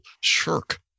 Shirk